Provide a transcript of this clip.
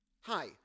Hi